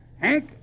Hank